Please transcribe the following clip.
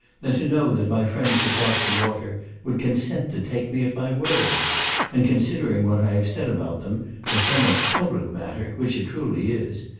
than to know that my friends across the water would consent to take me at my word and, considering what i have said about them as so much public matter, which it truly is,